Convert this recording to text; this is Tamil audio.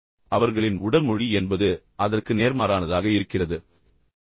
அவர்கள் ஏதோ சொல்கிறார்கள் அவர்களின் உடல் மொழி என்பது அதற்கு நேர்மாறானதாக இருக்கிறது